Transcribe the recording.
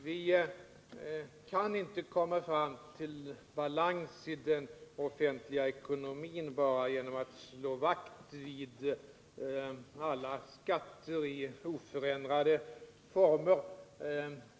Vi kan inte komma fram till balans i den offentliga ekonomin bara genom att slå vakt om alla skatter i oförändrade former.